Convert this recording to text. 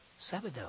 Sabado